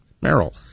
Merrill